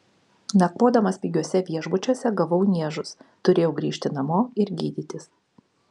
nakvodamas pigiuose viešbučiuose gavau niežus turėjau grįžti namo ir gydytis